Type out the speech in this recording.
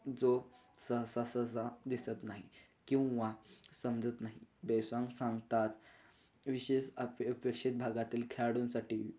जो सहसा सहसा दिसत नाही किंवा समजत नाही बेसांग सांगतात विशेष अ अपेक्षित भागातील खेळाडूंसाठी